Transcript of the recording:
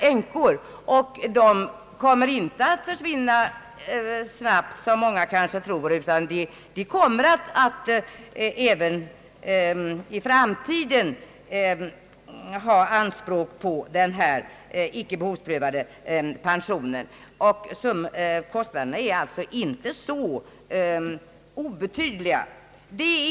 Den gruppen kommer inte — som många kanske tror — att snabbt försvinna eller minska, utan den kommer även i framtiden att ha anspråk på en icke behovsprövad pension. Kostnaderna är alltså inte så obetydliga.